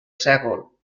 sègol